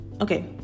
Okay